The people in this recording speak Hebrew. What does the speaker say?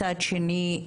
מצד שני,